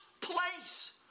place